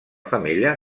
femella